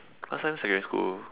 last time secondary school